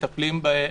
ומטפלים בהם.